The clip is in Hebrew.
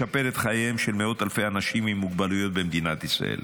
לשפר את חייהם של מאות-אלפי אנשים עם מוגבלויות במדינת ישראל.